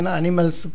animals